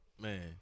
Man